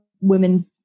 women